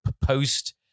post